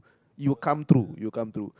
you'll come through you'll come through